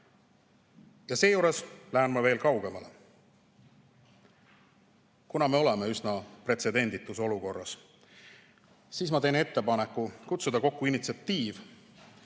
Seejuures lähen ma veel kaugemale. Kuna me oleme üsna pretsedenditus olukorras, siis ma teen ettepaneku kutsuda kokku initsiatiiv,